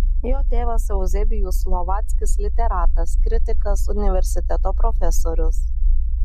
jo tėvas euzebijus slovackis literatas kritikas universiteto profesorius